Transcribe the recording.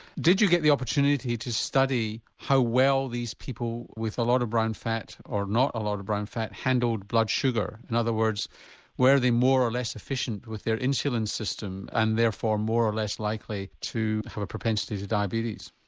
did you get the opportunity to study how well these people with a lot of brown fat or not a lot of brown fat handled blood sugar? in other words were they more or less efficient with their insulin system and therefore more or less likely to have a propensity to diabetes?